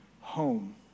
home